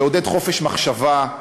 לעודד חופש מחשבה,